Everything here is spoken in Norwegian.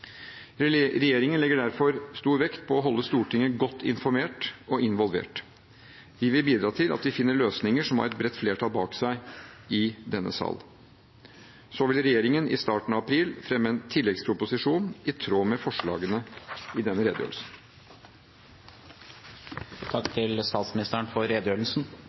Regjeringen legger derfor stor vekt på å holde Stortinget godt informert og involvert. Vi vil bidra til at vi finner løsninger som har et bredt flertall bak seg i denne sal. Så vil regjeringen i starten av april fremme en tilleggsproposisjon i tråd med forslagene i denne redegjørelsen. Takk til statsministeren for redegjørelsen.